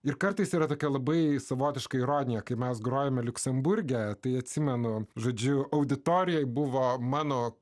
ir kartais yra tokia labai savotiška ironija kai mes grojame liuksemburge tai atsimenu žodžiu auditorijai buvo mano